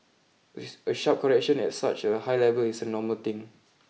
a sharp correction at such a high level is a normal thing